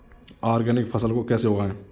Organic फसल को कैसे उगाएँ?